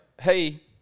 Hey